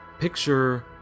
Picture